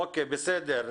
אוקיי בסדר.